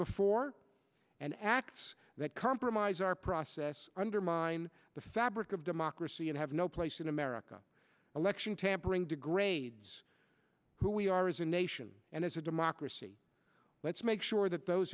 before and acts that compromise our process undermine the fabric of democracy and have no place in america election tampering degrades who we are as a nation and as a democracy let's make sure that those